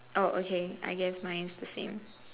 oh okay I guess mine is the same